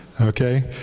okay